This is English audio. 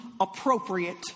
appropriate